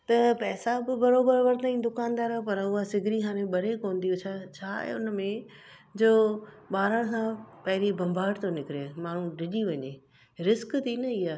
त पैसा बि बराबरि वरितईं दुकानदार पर उहा सिघिरी हाणे ॿरे कोन थी उहो छा छा आहे हुन में जो ॿारण खां पहिरीं भंभाट थो निकिरे माण्हू डिॼी वञे रिस्क थी न इहा